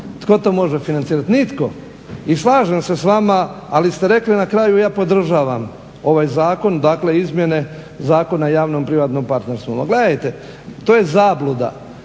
tko to može financirati. Nitko. I slažem se s vama ali ste rekli na kraju ja podržavam ovaj zakon, dakle izmjene Zakona o javno-privatnom partnerstvu. Gledajte, to je zabluda.